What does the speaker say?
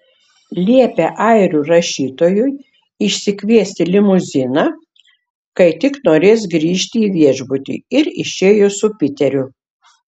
liepė airių rašytojui išsikviesti limuziną kai tik norės grįžti į viešbutį ir išėjo su piteriu